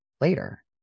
later